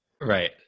Right